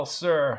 sir